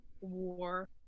war